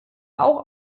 auch